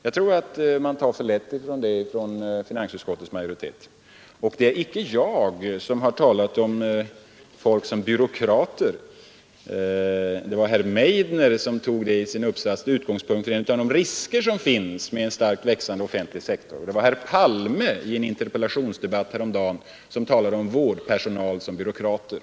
Jag tror att man tar för lätt på det från finansutskottets majoritet. Det är icke jag som har talat om folk som byråkrater — det var herr Meidner som i sin uppsats tog upp det som en av riskerna med en starkt växande offentlig sektor, och det var herr Palme som i en interpellationsdebatt häromdagen talade om vårdpersonalsbyråkrater.